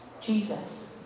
Jesus